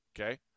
okay